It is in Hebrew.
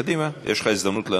קדימה, יש לך הזדמנות לענות.